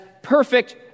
Perfect